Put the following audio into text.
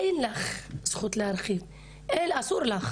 אין לך את הזכות להרחיב, אסור לך,